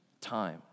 time